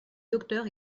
docteurs